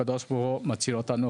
הקדוש ברוך הוא מציל אותנו.